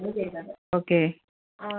okay